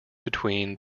between